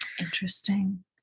Interesting